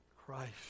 Christ